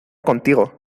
contigo